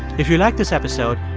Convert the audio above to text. if you liked this episode,